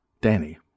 Danny